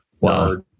wow